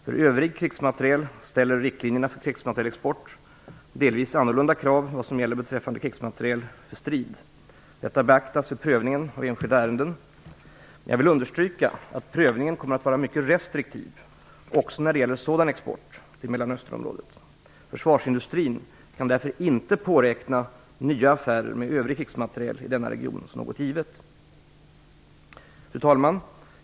För övrig krigsmateriel ställer riktlinjerna för krigsmaterielexport delvis annorlunda krav än vad som gäller beträffande krigsmateriel för strid. Detta beaktas vid prövningen av enskilda ärenden. Jag vill understryka att prövningen kommer att vara mycket restriktiv också när det gäller sådan export till Mellanösternområdet. Försvarsindustrin kan därför inte påräkna nya affärer med övrig krigsmateriel i denna region som något givet. Fru talman!